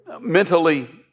mentally